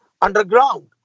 underground